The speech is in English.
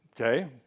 Okay